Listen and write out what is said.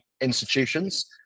institutions